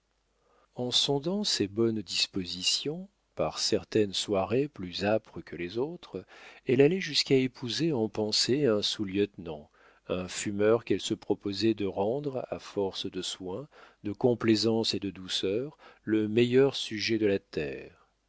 en sondant ses bonnes dispositions par certaines soirées plus âpres que les autres elle allait jusqu'à épouser en pensée un sous-lieutenant un fumeur qu'elle se proposait de rendre à force de soins de complaisance et de douceur le meilleur sujet de la terre